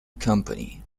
company